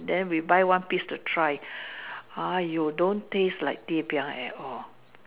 then we buy one piece to try !aiyo! don't taste like ti-piang at all